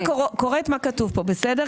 אני רגע קוראת מה כתוב פה, בסדר?